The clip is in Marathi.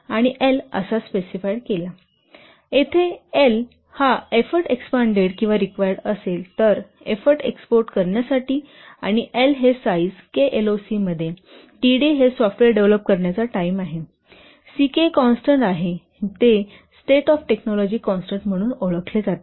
आणि L असा स्पेसिफाइड केला LCkK13td43 येथे K हा एफ्फोर्ट एक्सपांडेड किंवा रिक्वायरड असेल तर एफोर्ट एक्स्पोर्ट करण्यासाठी आणि L हे साइझ KLOC मध्ये td हे सॉफ्टवेअर डेव्हलप करण्याची टाइम आहे C K कॉन्स्टन्ट आहे ते स्टेट ऑफ टेक्नॉलॉजि कॉन्स्टन्ट म्हणून ओळखले जाते